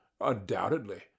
Undoubtedly